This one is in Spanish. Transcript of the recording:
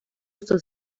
uso